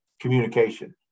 communication